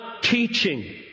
teaching